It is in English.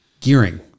Gearing